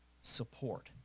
support